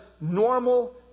normal